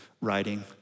writing